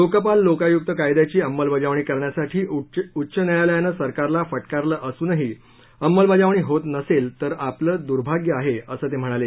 लोकपाल लोकायुक्त कायद्याची अंमलबजावणी करण्यासाठी उच्च न्यायालयानं सरकारला फटकारलं असूनही अमलबजावणी होत नसेल तर आपलं दुर्भाग्य आहे असं ते म्हणाले